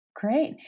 Great